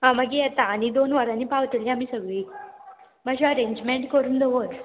आं मागीर येता आनी दोन वरांनी पावतली आमी सगळी मात्शें अरेंजमेंट करून दवर